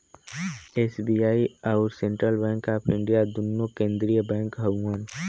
SBI अउर Central Bank of India दुन्नो केन्द्रिय बैंक हउअन